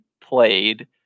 played